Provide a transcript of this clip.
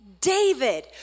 David